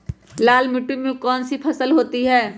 लाल मिट्टी में कौन सी फसल होती हैं?